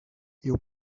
you